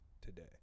today